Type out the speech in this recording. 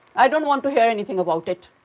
i don't want to hear anything about it.